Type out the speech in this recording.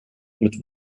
mit